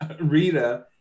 Rita